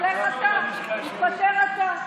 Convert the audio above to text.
לך אתה, תתפטר אתה.